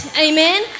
amen